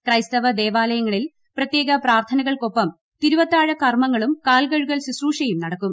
ക്രൈസ്തവ ദേവാലയങ്ങളിൽ പ്രത്യേക പ്രാർഥനകൾക്കൊപ്പം തിരുവത്താഴ കർമ്മങ്ങളും കാൽകഴുകൽ ശുശ്രൂഷയുട്ടു നടക്കും